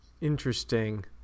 Interesting